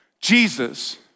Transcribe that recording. Jesus